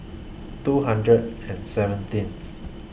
two hundred and seventeenth